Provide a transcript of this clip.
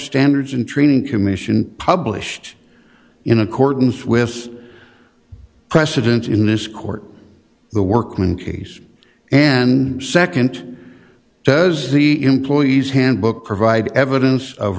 standards and training commission published in accordance with precedent in this court the workman case and nd does the employee's handbook provide evidence of